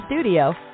studio